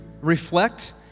reflect